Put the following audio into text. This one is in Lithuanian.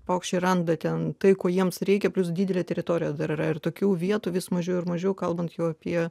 paukščiai randa ten tai ko jiems reikia plius didelę teritoriją dar yra ir tokių vietų vis mažiau ir mažiau kalbant apie